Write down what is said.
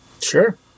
Sure